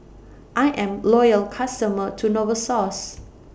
I'm Loyal customer to Novosource